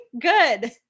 good